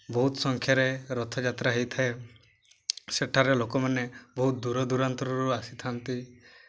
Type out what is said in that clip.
ବହୁତ ସଂଖ୍ୟାରେ ରଥଯାତ୍ରା ହେଇଥାଏ ସେଠାରେ ଲୋକମାନେ ବହୁତ ଦୂର ଦୂରାନ୍ତରରୁ ଆସିଥାନ୍ତି